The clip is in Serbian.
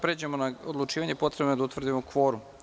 pređemo na odlučivanje, potrebno je da utvrdimo kvorum.